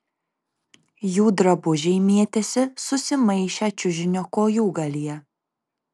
jų drabužiai mėtėsi susimaišę čiužinio kojūgalyje